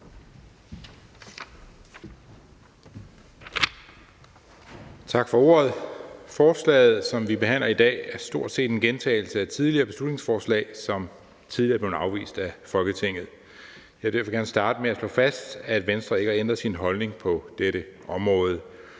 Tak for ordet. Forslaget, som vi behandler i dag, er stort set en gentagelse af et beslutningsforslag, som tidligere er blevet afvist af Folketinget. Jeg vil derfor gerne starte med at slå fast, at Venstre ikke har ændret sin holdning på dette område.